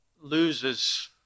loses